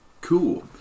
cool